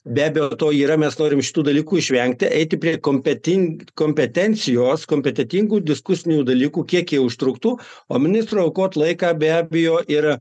be abejo to yra mes norim šitų dalykų išvengti eiti prie kompentin kompetencijos kompetentingų diskusinių dalykų kiek jie užtruktų o ministro aukot laiką be abejo yra